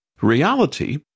reality